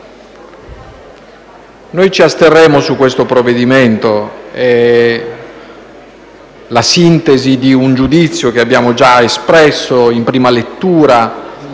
noi ci asterremo su questo provvedimento: è la sintesi di un giudizio che abbiamo già espresso in prima lettura